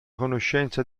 conoscenza